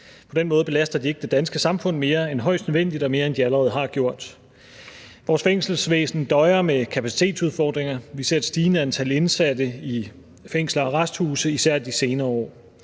På den måde belaster de ikke det danske samfund mere end højst nødvendigt og mere, end de allerede har gjort. Vores fængselsvæsen døjer med kapacitetsudfordringer, og vi ser et stigende antal indsatte i fængsler og arresthuse, især de senere år.